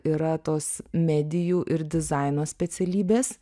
yra tos medijų ir dizaino specialybės